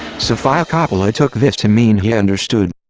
sofia coppola took this to mean he understood.